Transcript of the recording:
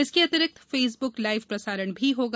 इसके अतिरिक्त Facebook live प्रसारण भी होगा